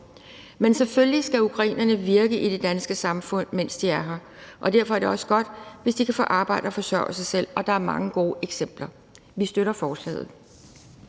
Men selvfølgelig skal ukrainerne virke i det danske samfund, mens de er her, og derfor er det også godt, hvis de kan få arbejde og forsørge sig selv, og der er mange gode eksempler. Vi støtter forslaget.